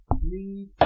Three